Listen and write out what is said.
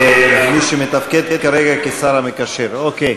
כמי שמתפקד כרגע כשר המקשר, אוקיי.